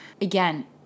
Again